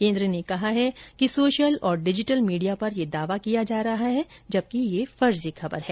केन्द्र ने कहा है कि सोशल और डिजिटल मीडिया पर यह दावा किया जा रहा है जबकि यह फर्जी खबर है